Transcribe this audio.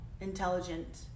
intelligent